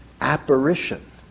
apparition